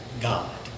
God